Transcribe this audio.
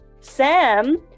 Sam